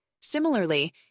Similarly